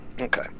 Okay